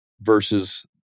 versus